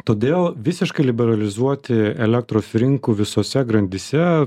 todėl visiškai liberalizuoti elektros rinkų visose grandyse